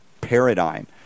paradigm